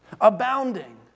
abounding